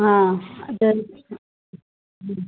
हां तर